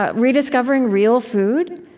ah rediscovering real food.